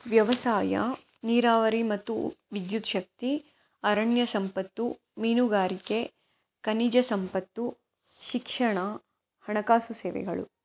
ವ್ಯವಸಾಯ ನೀರಾವರಿ ಮತ್ತು ವಿದ್ಯುಚ್ಛಕ್ತಿ ಅರಣ್ಯ ಸಂಪತ್ತು ಮೀನುಗಾರಿಕೆ ಖನಿಜ ಸಂಪತ್ತು ಶಿಕ್ಷಣ ಹಣಕಾಸು ಸೇವೆಗಳು